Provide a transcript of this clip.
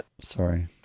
sorry